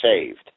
saved